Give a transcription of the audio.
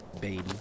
Baby